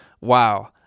wow